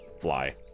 fly